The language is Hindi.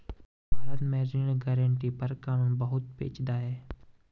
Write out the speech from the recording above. भारत में ऋण गारंटी पर कानून बहुत पेचीदा है